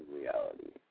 reality